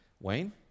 Wayne